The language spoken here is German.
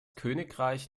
königreich